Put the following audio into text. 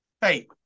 hey